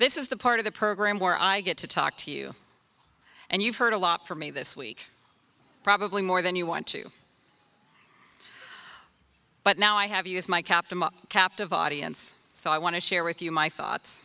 this is the part of the program where i get to talk to you and you've heard a lot from me this week probably more than you want to but now i have you as my kept captive audience so i want to share with you my thoughts